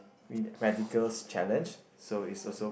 win radicals challenge so it's also